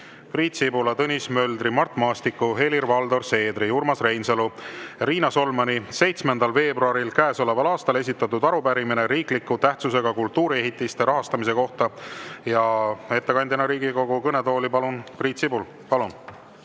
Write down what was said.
Priit Sibula, Tõnis Möldri, Mart Maastiku, Helir-Valdor Seedri, Urmas Reinsalu ja Riina Solmani 7. veebruaril käesoleval aastal esitatud arupärimine riikliku tähtsusega kultuuriehitiste rahastamise kohta. Ettekandeks palun Riigikogu kõnetooli Priit Sibula.